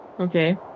Okay